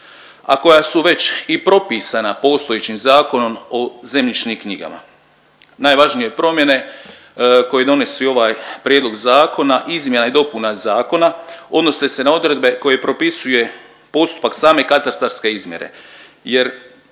a koja su već i propisana postojećim Zakonom o zemljišnim knjigama. Najvažnije promjene koje donosi ovaj Prijedlog zakona izmjena i dopuna Zakona odnose se na odredbe koji propisuje postupak same katastarske izmjere jer